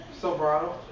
Silverado